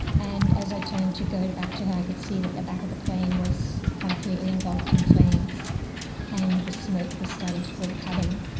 and as i turned to go back to her i could see that the back of the plane was completely engulfed in flames and the smoke was starting to fill the cabin.